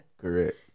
Correct